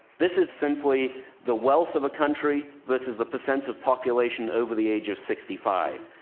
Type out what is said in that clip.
this is simply the wealth of a country versus the percent of population over the age of sixty five.